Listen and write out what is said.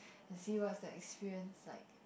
and see what's the experience like